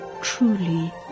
truly